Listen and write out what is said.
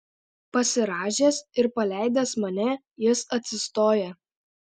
pasirąžęs ir paleidęs mane jis atsistoja